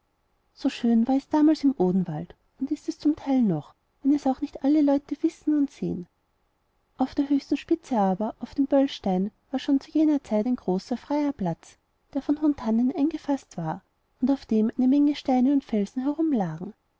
so schön war es damals im odenwald und ist es zum teil noch wenn es auch nicht alle leute wissen und sehen auf der höchsten spitze aber auf dem böllstein war schon zu jener zeit ein großer freier platz der von hohen tannen eingefaßt war und auf dem eine menge steine und felsen